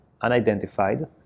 unidentified